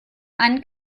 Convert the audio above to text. einen